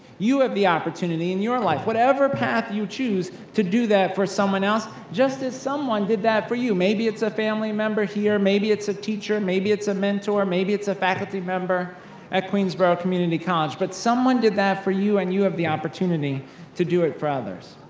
you have the opportunity in your and life, whatever path you choose, to do that for someone else, just as someone did that for you. maybe it's a family member here, maybe it's a teacher, maybe it's a mentor, maybe it's a faculty member at queensborough community college, but someone did that for you, and you have the opportunity to do it for others.